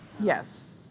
yes